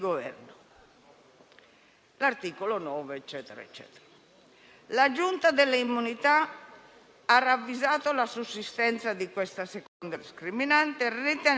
Al contrario, io ritengo che l'ex ministro Salvini abbia giustificato la propria condotta per finalità genericamente politiche,